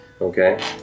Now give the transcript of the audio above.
Okay